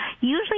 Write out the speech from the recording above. usually